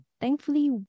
thankfully